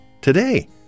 today